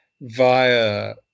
via